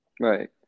right